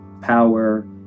power